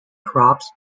crops